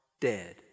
dead